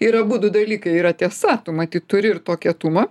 ir abudu dalykai yra tiesa tu matyt turi ir to kietumo